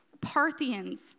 Parthians